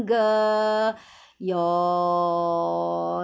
anger your